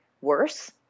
worse